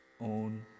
own